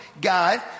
God